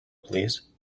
please